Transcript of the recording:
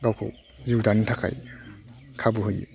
गावखौ जिउ दानो थाखाय खाबु होयो